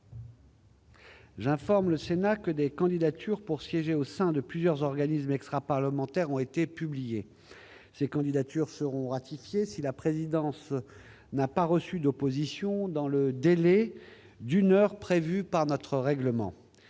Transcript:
J'informe le Sénat que des candidatures pour siéger au sein de plusieurs organismes extraparlementaires ont été publiées. Ces candidatures seront ratifiées si la présidence n'a pas reçu d'opposition dans le délai d'une heure prévu par notre règlement.